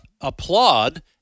applaud